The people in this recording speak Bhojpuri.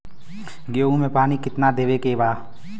गेहूँ मे पानी कितनादेवे के बा?